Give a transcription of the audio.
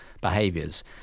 behaviors